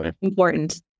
Important